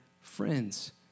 friends